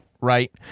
right